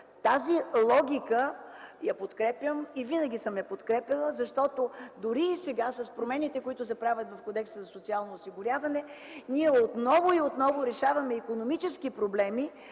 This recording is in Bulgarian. тази логика и винаги съм я подкрепяла, защото дори и сега, с промените, които се правят в Кодекса за социално осигуряване, ние отново и отново решаваме икономически проблеми